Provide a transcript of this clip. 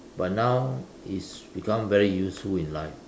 but now it's become very useful in life